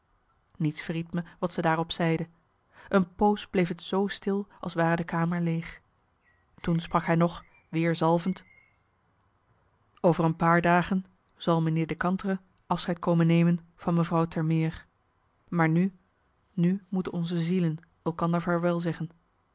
niets verried me wat ze daarop zeide een poos bleef t zoo stil als ware de kamer leeg toen sprak hij nog weer zalvend over een paar dagen zal meneer de kantere afscheid komen nemen van mevrouw termeer maar nu nu moeten onze zielen elkander vaarwel zeggen